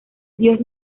dios